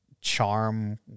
charm